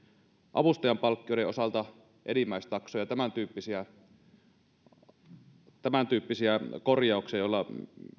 avustajan palkkioiden osalta enimmäistaksoja ja tämän tyyppisiä korjauksia joilla